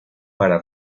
para